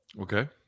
okay